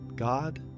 God